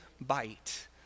bite